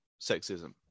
sexism